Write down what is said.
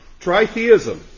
Tritheism